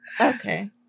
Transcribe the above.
okay